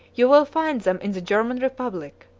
you will find them in the german republic.